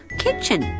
kitchen